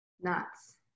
Nuts